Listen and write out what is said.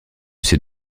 sais